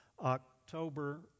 October